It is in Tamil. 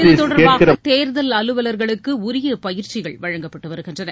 இதுதொடர்பாக தேர்தல் அலுவல்களுக்கு உரிய பயிற்சிகள் வழங்கப்பட்டு வருகின்றன